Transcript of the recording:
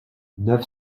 neuf